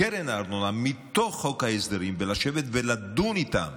מתוך חוק ההסדרים ולשבת ולדון איתם